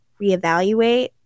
reevaluate